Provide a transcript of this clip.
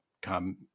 come